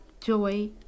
joy